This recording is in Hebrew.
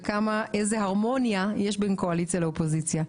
ואיזה הרמוניה יש בין הקואליציה לאופוזיציה,